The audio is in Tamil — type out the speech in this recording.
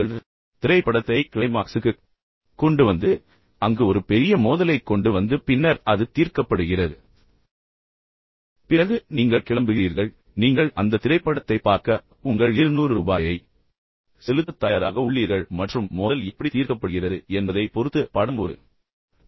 பின்னர் திரைப்படத்தை க்ளைமாக்ஸுக்குக் கொண்டுவந்து அங்கு ஒரு பெரிய மோதலைக் கொண்டு வந்து பின்னர் அது தீர்க்கப்படுகிறது இதற்குப் பிறகு நீங்கள் தியேட்டரிலிருந்து கிளம்புகிறீர்கள் பின்னர் நீங்கள் அந்த திரைப்படத்தைப் பார்க்க உங்கள் 200 ரூபாயை செலுத்தத் தயாராக உள்ளீர்கள் மற்றும் மோதல் எப்படி தீர்க்கப்படுகிறது என்பதை பொறுத்து படம் ஒரு பிளாக்பஸ்டர் ஆகிறது